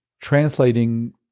translating